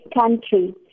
country